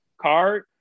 card